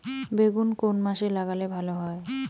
বেগুন কোন মাসে লাগালে ভালো হয়?